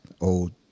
old